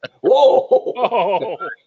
Whoa